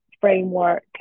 framework